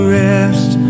rest